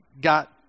got